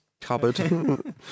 cupboard